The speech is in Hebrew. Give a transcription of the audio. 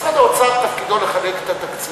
משרד האוצר, תפקידו לחלק את התקציב.